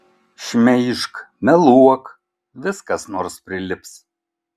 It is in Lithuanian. šmeižk meluok vis kas nors prilips